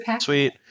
sweet